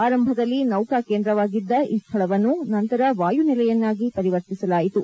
ಆರಂಭದಲ್ಲಿ ನೌಕಾ ಕೇಂದ್ರವಾಗಿದ್ದ ಈ ಸ್ಥಳವನ್ನು ನಂತರ ವಾಯು ನೆಲೆಯನ್ನಾಗಿ ಪರಿವರ್ತಿಸಲಾಯಿತು